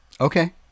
Okay